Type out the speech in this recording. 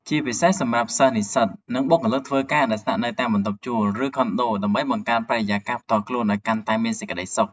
ជាពិសេសសម្រាប់សិស្សនិស្សិត និងបុគ្គលិកធ្វើការដែលស្នាក់នៅតាមបន្ទប់ជួល ឬខុនដូ ដើម្បីបង្កើតបរិយាកាសផ្ទាល់ខ្លួនឱ្យកាន់តែមានសេចក្ដីសុខ។